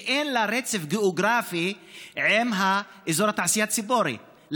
שאין לה רצף גיאוגרפי עם אזור התעשייה ציפורי,